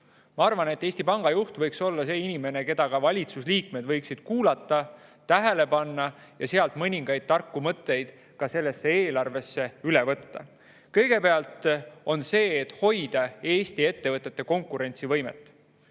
Ma arvan, et Eesti Panga juht võiks olla see inimene, keda ka valitsuse liikmed võiksid kuulata ja tähele panna ning temalt mõningaid tarku mõtteid sellesse eelarvesse üle võtta. Kõigepealt see, et hoida Eesti ettevõtete konkurentsivõimet.